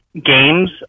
games